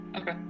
Okay